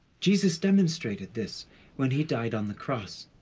jesus demonstrated this when he died on the cross.